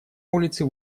улицы